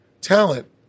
talent